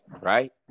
Right